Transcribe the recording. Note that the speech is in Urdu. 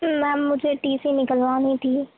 میم مجھے ٹی سی نکلوانی تھی